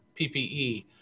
PPE